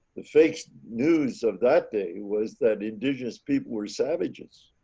the fake news of that day was that indigenous people were savages,